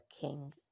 king